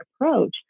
approach